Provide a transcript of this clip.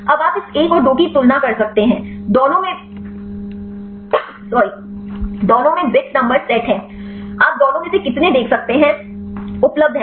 अब आप इस 1 और 2 की तुलना कर सकते हैं दोनों में बिट्स नंबर सेट है आप दोनों में से कितने देख सकते हैं उपलब्ध है